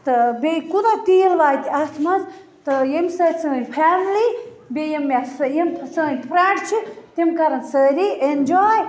تہٕ بیٚیہِ کوتاہ تیٖل واتہِ اتھ مَنٛز تہٕ ییٚمہِ سۭتۍ سٲنٛۍ فیملی بیٚیہِ یِم مےٚ یِم سٲنٛۍ فرٛینٛڈ چھِ تِم کَرَن سٲری ایٚنجاے